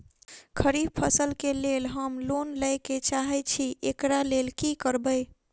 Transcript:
खरीफ फसल केँ लेल हम लोन लैके चाहै छी एकरा लेल की करबै?